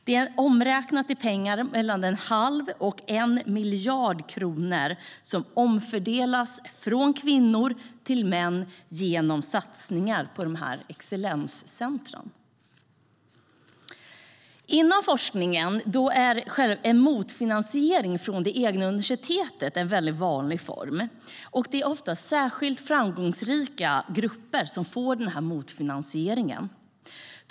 Det är omräknat i pengar 1⁄2-1 miljard kronor som omfördelas från kvinnor till män genom satsningar på excellenscentrum. Inom forskningen är motfinansiering från det egna universitetet en vanlig form. Det är ofta särskilt framgångsrika grupper som får denna motfinansiering.